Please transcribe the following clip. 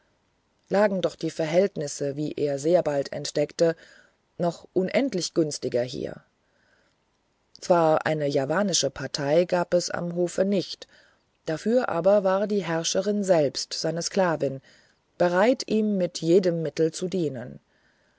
lagen doch die verhältnisse wie er sehr bald entdeckte noch unendlich günstiger hier zwar eine javanische partei gab es am hofe nicht dafür aber war die herrscherin selbst seine sklavin bereit ihm mit jedem mittel zu dienen